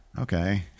Okay